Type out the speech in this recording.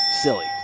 Silly